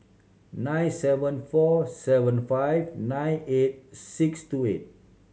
nine seven four seven five nine eight six two eight